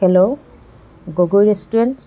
hello Gogoi restaurant